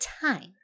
time